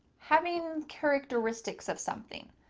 having characteristics of something.